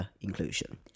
Inclusion